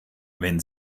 wenn